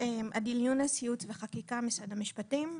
אני מייעוץ וחקיקה, משרד המשפטים.